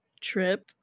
trip